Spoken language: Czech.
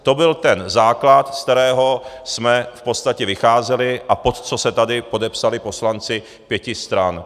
To byl základ, ze kterého jsme v podstatě vycházeli a pod co se tady podepsali poslanci pěti stran.